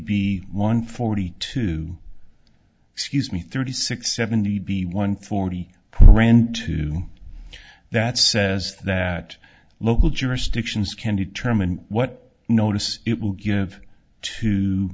b one forty two excuse me thirty six seventy b one forty rand two that says that local jurisdictions can determine what notice it will give to